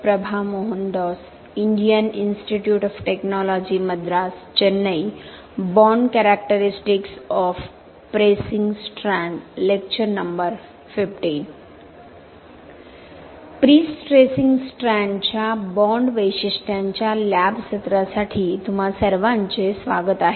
prestressing स्ट्रँडच्या bond वैशिष्ट्यांच्या lab सत्रासाठी तुम्हा सर्वांचे स्वागत आहे